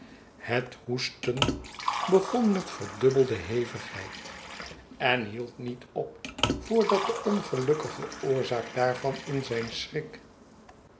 het hoesten begon met verdubbelde hevigheid en hield niet op voordat de ongelukkige oorzaak daarvan in zijn schrik